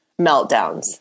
meltdowns